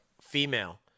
female